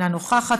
אינה נוכחת,